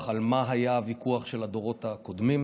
על מה היה הוויכוח של הדורות הקודמים,